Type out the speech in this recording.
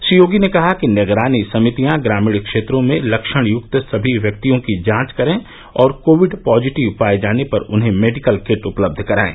श्री योगी ने कहा कि निगरानी समितियां ग्रामीण क्षेत्रों में लक्षणयुक्त सभी व्यक्तियों की जांच करें और कोविड पॉजिटिव पाये जाने पर उन्हें मेडिकल किट उपलब्य करायें